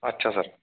अच्छा सर